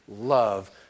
love